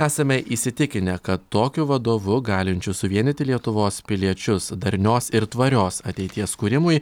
esame įsitikinę kad tokiu vadovu galinčiu suvienyti lietuvos piliečius darnios ir tvarios ateities kūrimui